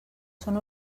són